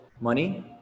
money